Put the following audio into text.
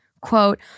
quote